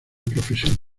profesión